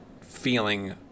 feeling